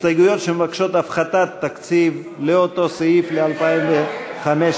הסתייגויות שמבקשות הפחתת תקציב באותו סעיף ל-2015,